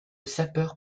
sapeur